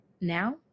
now